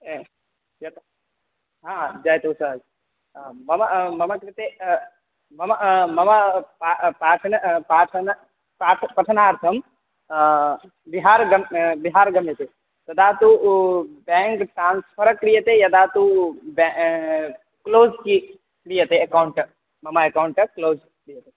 जयतु जयतोष् मम मम कृते मम मम पा पाठनं पाठनं पाठनं पठनार्थं बिहार् गन् बिहार् गम्यते तदा तु ओ बेङ्क् ट्रान्स्फ़र् क्रियते यदा तु बे क्लोज़् कि क्रियते अकौण्ट् मम एकौण्ट् क्लोज़् क्रियते